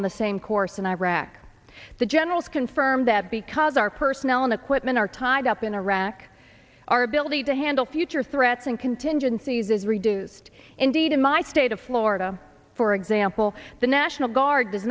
on the same course in iraq the generals confirm that because our personnel and equipment are tied up in iraq our ability to handle future threats and contingencies is reduced indeed in my state of florida for example the national guard does